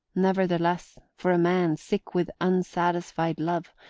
nevertheless, for a man sick with unsatisfied love,